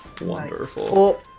Wonderful